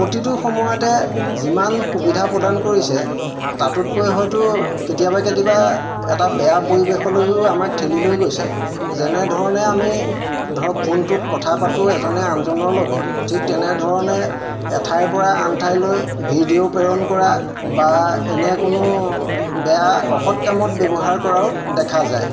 প্ৰতিটো সময়তে যিমান সুবিধা প্ৰদান কৰিছে তাতোতকৈ হয়তো কেতিয়াবা কেতিয়াবা এটা বেয়া পৰিৱেশলৈও আমাক ঠেলি লৈ গৈছে যেনেধৰণে আমি ধৰক ফোনটোত কথা পাতোঁ এজনে আনজনৰ লগত ঠিক তেনেধৰণে এঠাইৰপৰা আন ঠাইলৈ ভিডিঅ' প্ৰেৰণ কৰা বা এনে কোনো বেয়া অসৎ কামত ব্যৱহাৰ কৰাও দেখা যায়